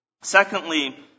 Secondly